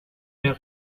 mehr